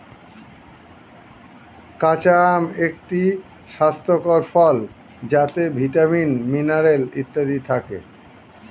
কাঁচা আম একটি স্বাস্থ্যকর ফল যাতে ভিটামিন, মিনারেল ইত্যাদি থাকে